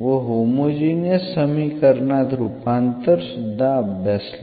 व होमोजिनियस समीकरणात रूपांतरण सुद्धा अभ्यासले